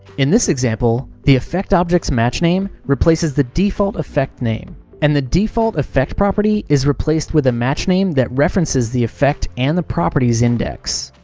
in this example, the effect object's matchname replaces the default effect name and the default effect property is replaced with a matchname that references the effect and the property's index.